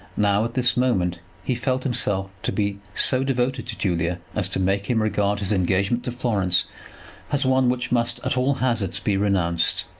now, at this moment, he felt himself to be so devoted to julia as to make him regard his engagement to florence as one which must, at all hazards, be renounced.